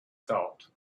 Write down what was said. thought